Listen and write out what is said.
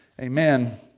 Amen